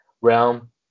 realm